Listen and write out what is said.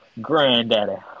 granddaddy